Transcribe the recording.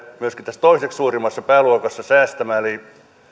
myöskin tässä toiseksi suurimmassa pääluokassa säästämään eli